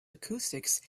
acoustics